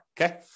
okay